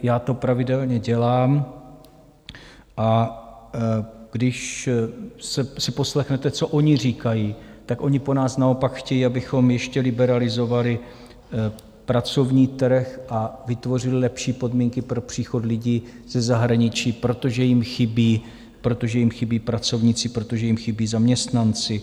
Já to pravidelně dělám, a když si poslechnete, co oni říkají, tak oni po nás naopak chtějí, abychom ještě liberalizovali pracovní trh a vytvořili lepší podmínky pro příchod lidí ze zahraničí, protože jim chybí pracovníci, protože jim chybí zaměstnanci.